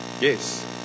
Yes